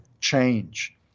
change